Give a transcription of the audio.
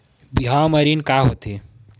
बिहाव म ऋण का होथे?